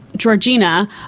Georgina